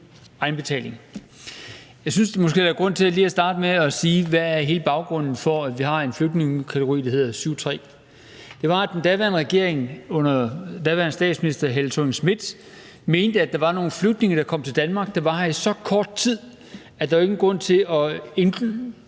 egenbetaling. Jeg synes måske, der er grund til lige at starte med at sige, hvad hele baggrunden for, at vi har en flygtningekategori, der hedder § 7, stk. 3, er. Den er, at den daværende regering under daværende statsminister Helle Thorning-Schmidt mente, at nogle af de flygtninge, der kom til Danmark, var her i så kort tid, at der jo ikke var nogen grund til at indrullere